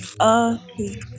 Okay